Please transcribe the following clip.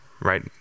right